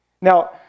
Now